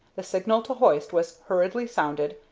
the signal to hoist was hurriedly sounded,